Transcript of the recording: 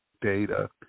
data